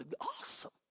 awesome